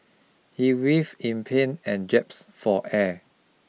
he writh in pain and gasped for air